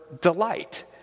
delight